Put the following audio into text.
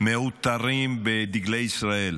מעוטרים בדגלי ישראל.